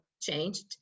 changed